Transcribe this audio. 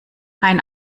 ein